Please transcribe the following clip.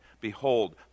Behold